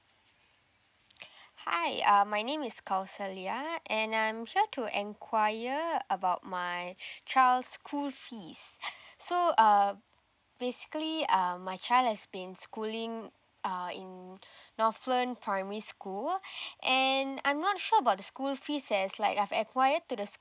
hi uh my name is called Silvia and I'm here to enquire about my child's school fees so uh basically uh my child has been schooling uh in north view primary school and I'm not sure about the school fees as like I've enquire to the